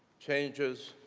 changes